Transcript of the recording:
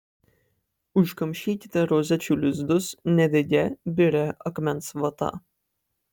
užkamšykite rozečių lizdus nedegia biria akmens vata